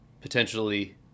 potentially